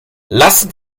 lassen